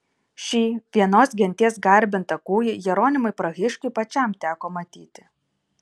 šį vienos genties garbintą kūjį jeronimui prahiškiui pačiam teko matyti